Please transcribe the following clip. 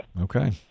Okay